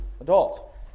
adult